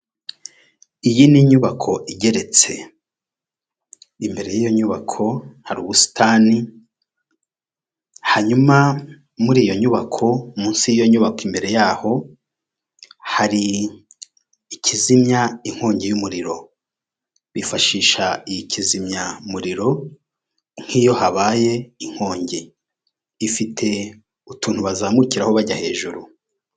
Iyi ni inyubako igeretse, imbere y'iyo nyubako hari ubusitani, hanyuma muri iyo nyubako munsi y'iyo nyubako imbere yaho hari ikizimya inkongi y'umuriro, bifashisha iyi kizimyamuriro nk'iyo habaye inkongi, ifite utuntu bazamukiraho bajya hejuru.